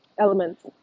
elements